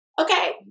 Okay